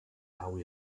dau